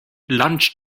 lunch